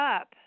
up